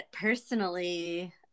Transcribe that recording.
personally